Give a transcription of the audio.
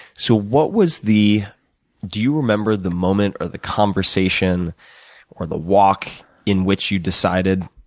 so what was the do you remember the moment or the conversation or the walk in which you decided